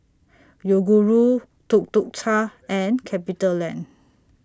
Yoguru Tuk Tuk Cha and CapitaLand